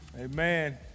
Amen